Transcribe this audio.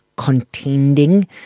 Contending